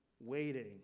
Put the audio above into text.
waiting